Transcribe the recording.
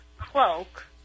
cloak